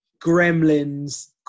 Gremlins